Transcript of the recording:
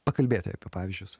pakalbėti apie pavyzdžius